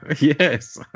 Yes